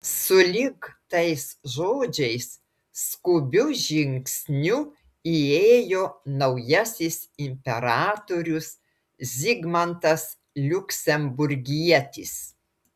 sulig tais žodžiais skubiu žingsniu įėjo naujasis imperatorius zigmantas liuksemburgietis